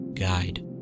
guide